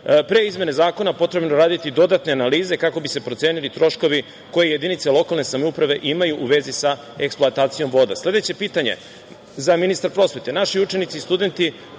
Pre izmene zakona potrebno je uraditi dodatne analize kako bi se procenili troškove koje jedinice lokalne samouprave imaju u vezi sa eksploatacijom